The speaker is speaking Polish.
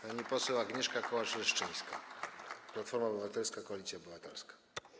Pani poseł Agnieszka Kołacz-Leszczyńska, Platforma Obywatelska - Koalicja Obywatelska.